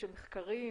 של מחקרים,